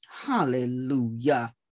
Hallelujah